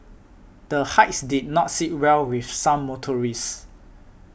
the hikes did not sit well with some motorists